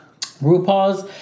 RuPaul's